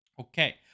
Okay